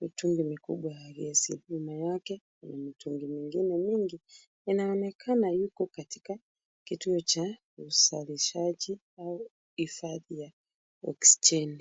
mitungi mikubwa ya gesi. Nyuma yake kuna mitungi mingine mingi, inaonekana yuko katika kituo cha uzalishaji au hifadhi ya oksijeni.